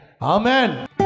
Amen